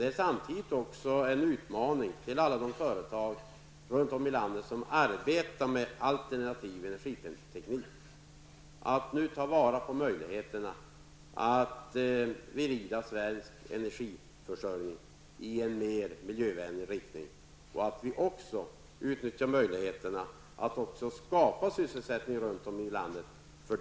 Det är samtidigt en utmaning för alla de företag runt om i landet som arbetar med alternativ energiteknik att nu ta vara på möjligheterna att vrida Sveriges energiförsörjning i en mer miljövänlig riktning. Vi skall också utnyttja möjligheterna att skapa sysselsättning runt om i landet.